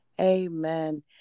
Amen